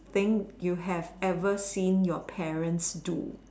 thing you have ever seen your parents do